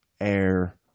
air